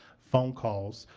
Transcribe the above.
phone calls,